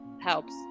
helps